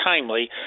timely